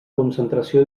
concentració